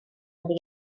oddi